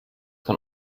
kann